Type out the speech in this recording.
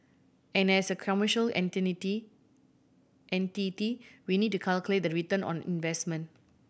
and as a commercial entity we need to calculate the return on investment